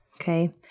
Okay